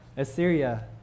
Assyria